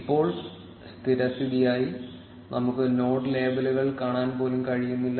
ഇപ്പോൾ സ്ഥിരസ്ഥിതിയായി നമുക്ക് നോഡ് ലേബലുകൾ കാണാൻ പോലും കഴിയില്ല